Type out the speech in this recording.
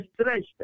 stretched